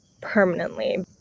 permanently